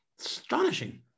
astonishing